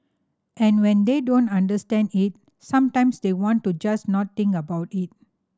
and when they don't understand it sometimes they want to just not think about it